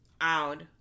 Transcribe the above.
out